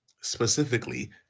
specifically